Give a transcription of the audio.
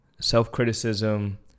self-criticism